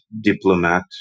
diplomat